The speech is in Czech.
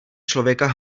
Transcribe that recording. člověka